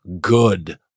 good